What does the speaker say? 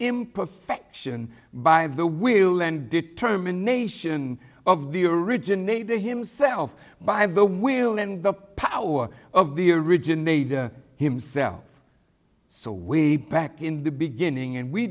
imperfection by the will and determination of the originator himself by the will and the power of the originator himself so we back in the beginning and we